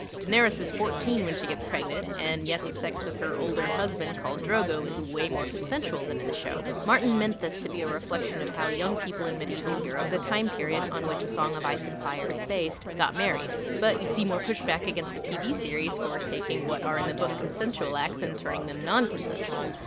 daenerys is fourteen when she gets pregnant and yet the sex with her older husband khal drogo is way more consensual than in the show. martin meant this to be a reflection of how young people in medieval europe the time period on which a song of ice and fire is based got married, but you see more push against the tv series for taking what are in the book consensual acts and turning them non-consensual.